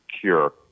cure